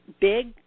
big